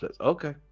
Okay